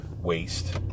waste